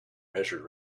measured